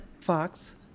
Fox